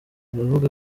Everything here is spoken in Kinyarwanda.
aravuga